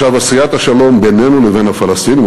עשיית השלום בינינו לבין הפלסטינים,